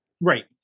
Right